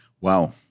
Wow